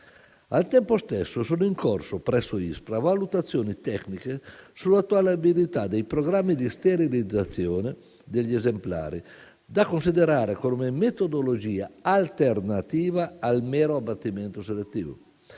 Al tempo stesso, sono in corso presso ISPRA valutazioni tecniche sull'attuabilità dei programmi di sterilizzazione degli esemplari, da considerare come metodologia alternativa al mero abbattimento selettivo,